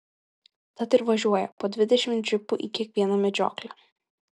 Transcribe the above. tad ir važiuoja po dvidešimt džipų į kiekvieną medžioklę